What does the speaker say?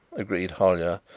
agreed hollyer.